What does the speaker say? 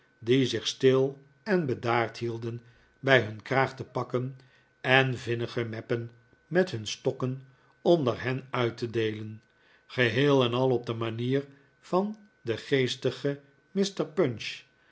die zich stil en bedaard hielden bij hun kraag te pakken en vinnige meppen met hun stokken onder hen uit te deelen geheel en al op de manier van den geestigen mr punch